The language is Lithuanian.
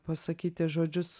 pasakyti žodžius